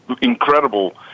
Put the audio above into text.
incredible